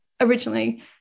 originally